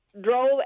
drove